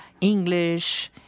English